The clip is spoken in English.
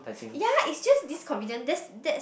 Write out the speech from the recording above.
ya it's just this convenient this this